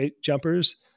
jumpers